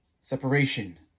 separation